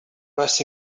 was